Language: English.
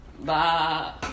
Bye